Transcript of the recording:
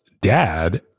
dad